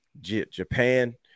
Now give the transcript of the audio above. Japan